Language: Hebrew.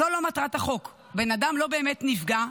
זו לא מטרת החוק, בן אדם לא באמת נפגע,